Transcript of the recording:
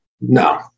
No